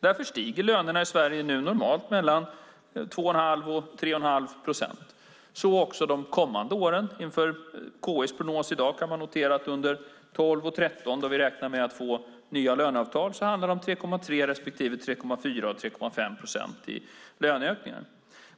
Därför stiger lönerna i Sverige nu normalt med mellan 2 1⁄2 och 3 1⁄2 procent, så också de kommande åren. Inför KI:s prognos i dag kan man notera att under 2012 och 2013, då vi räknar med att få nya löneavtal, handlar det om 3,3 respektive 3,4 och 3,5 procent i löneökningar.